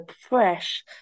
fresh